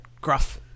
gruff